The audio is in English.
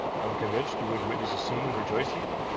am convinced you would witness a scene of rejoicing,